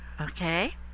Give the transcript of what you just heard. Okay